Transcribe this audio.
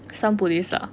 some police lah